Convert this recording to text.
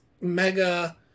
Mega